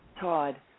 Todd